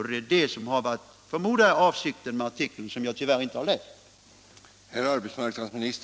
Det är detta som jag förmodar har varit avsikten med artikeln, som jag tyvärr inte har läst.